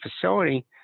facility